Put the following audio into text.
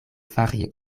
fari